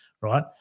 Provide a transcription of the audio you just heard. right